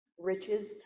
riches